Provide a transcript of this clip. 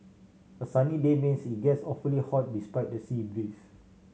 a sunny day means it gets awfully hot despite the sea breeze